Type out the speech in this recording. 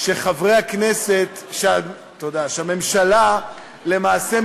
שחברי הכנסת, תודה, שהממשלה, למעשה,